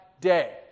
day